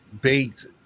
bait